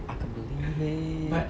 I can't believe it